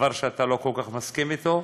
דבר שאתה לא כל כך מסכים אתו,